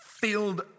filled